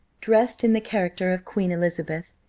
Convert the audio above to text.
dressed in the character of queen elizabeth,